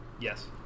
Yes